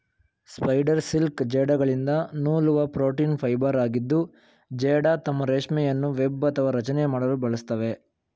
spider silk ಜೇಡಗಳಿಂದ ನೂಲುವ protein ಫೈಬರಾಗಿದ್ದು ಜೇಡ ತಮ್ಮ ರೇಷ್ಮೆಯನ್ನು ವೆಬ್ ಅಥವಾ ರಚನೆ ಮಾಡಲು ಬಳಸ್ತವೆ